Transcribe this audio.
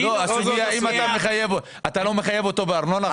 אתה לא מחייב אותו בארנונה עכשיו?